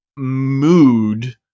Mood